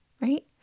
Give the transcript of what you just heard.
right